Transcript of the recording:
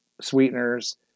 sweeteners